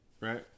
right